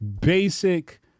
basic